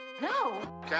No